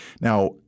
Now